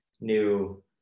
new